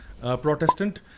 Protestant